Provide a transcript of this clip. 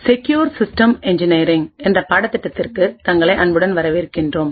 secure systems இன்ஜினியரிங்என்ற பாடத்திட்டத்திற்கு தங்களை அன்புடன் வரவேற்கின்றோம்